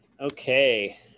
okay